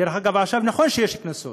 דרך אגב, עכשיו, נכון שיש קנסות,